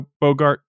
Bogart